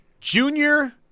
junior